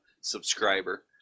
subscriber